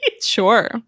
Sure